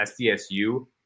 SDSU